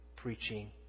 Preaching